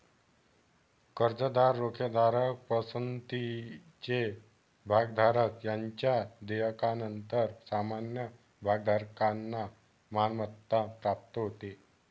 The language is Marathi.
कर्जदार, रोखेधारक, पसंतीचे भागधारक यांच्या देयकानंतर सामान्य भागधारकांना मालमत्ता प्राप्त होते